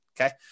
Okay